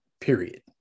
period